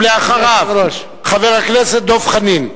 ואחריו, חבר הכנסת דב חנין.